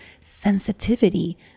sensitivity